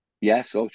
Yes